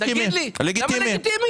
לגיטימי.